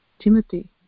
Timothy